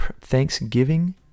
thanksgiving